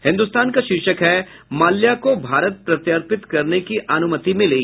हिन्दुस्तान का शीर्षक है माल्या को भारत प्रत्यर्पित करने की अनुमति मिली